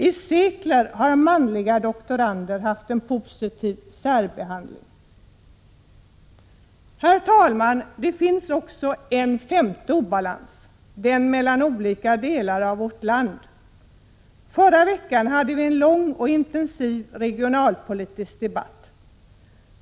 I sekler har manliga doktorander haft en positiv särbehandling. Herr talman! Det finns också en femte obalans, den mellan olika delar av vårt land. Förra veckan hade vi en lång och intensiv regionalpolitisk debatt.